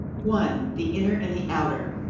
one. the inner and the outer.